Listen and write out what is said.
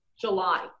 July